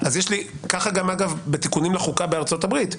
כך גם בתיקונים לחוקה בארצות הברית,